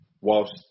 whilst